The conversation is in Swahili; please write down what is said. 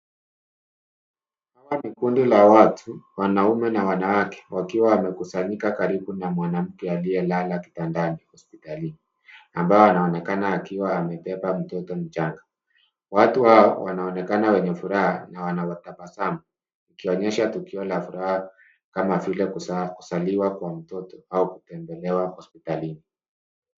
Hawa ni kundi la watu, wanaume na wanawake, wakiwa wamekusanyika karibu na mwanamke aliyelala kitandani hospitalini, ambaye anaoekana akiwa amebeba mtoto mchanga. Watu hao, wanaonekana wenye furaha na wanatabasamu, ikionyesha tukio la furaha kama vile kuzaliwa kwa mtoto au kutembelewa hospitalini.